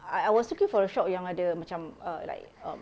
I I was looking for a shop yang ada macam err like err